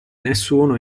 nessuno